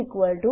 600